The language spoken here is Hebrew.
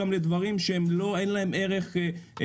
אני חושב שזה חשוב גם לדברים שאין להם ערך שיווקי.